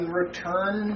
return